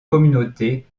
communautés